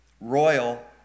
royal